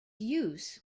use